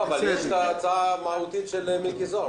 לא, אבל יש את ההצעה המהותית של מיקי זוהר.